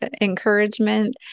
encouragement